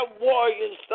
warriors